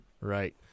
Right